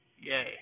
Yay